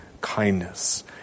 kindness